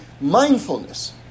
mindfulness